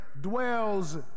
dwells